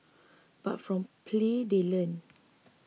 but from play they learn